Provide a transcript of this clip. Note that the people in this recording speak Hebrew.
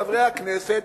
חברי הכנסת,